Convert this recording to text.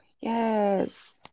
Yes